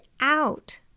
out